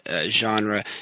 genre